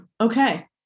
Okay